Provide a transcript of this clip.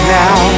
now